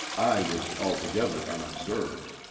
i was altogether unobserved.